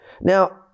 Now